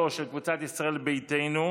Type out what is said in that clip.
3, של קבוצת ישראל ביתנו.